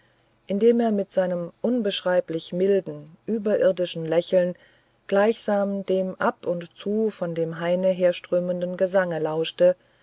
indem er mit seinem unbeschreiblich milden überirdischen lächeln gleichsam dem ab und zu von dem haine hertönenden gesange lauschte